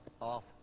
off